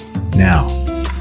Now